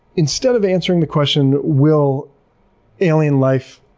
instead of answering the question, will alien life